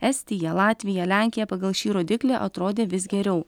estija latvija lenkija pagal šį rodiklį atrodė vis geriau